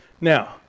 Now